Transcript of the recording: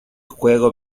juego